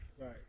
Right